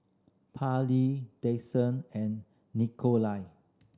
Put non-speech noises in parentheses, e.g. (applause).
Parlee (unintelligible) and Nikolai